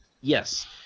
Yes